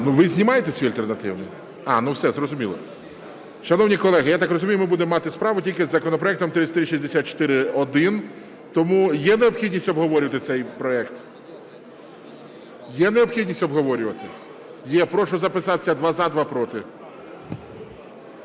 Ви знімаєте свій альтернативний? Ну все зрозуміло. Шановні колеги, я так розумію, ми будемо мати справу тільки з законопроектом 3364-1. Тому є необхідність обговорювати цей проект? Є необхідність обговорювати? Є. Прошу записатися: два – за, два – проти.